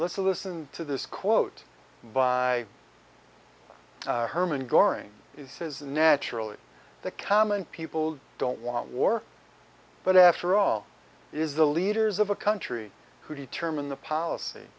listen to this quote by hermann goring says naturally the common people don't want war but after all it is the leaders of a country who determine the policy